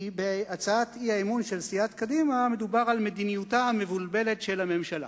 כי בהצעת האי-אמון של סיעת קדימה מדובר על מדיניותה המבולבלת של הממשלה.